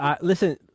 Listen